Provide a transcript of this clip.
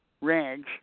rags